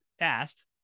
asked